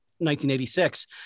1986